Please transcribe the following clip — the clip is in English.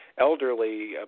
elderly